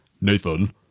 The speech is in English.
Nathan